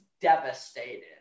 devastated